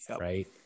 right